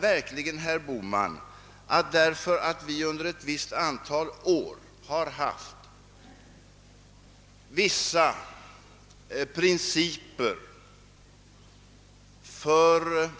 Vi har under ett antal år följt vissa principer för